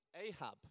Ahab